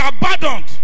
abandoned